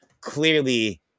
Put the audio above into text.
clearly